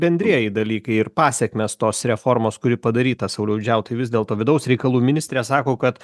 bendrieji dalykai ir pasekmės tos reformos kuri padaryta sauliaus džiauto vis dėlto vidaus reikalų ministrė sako kad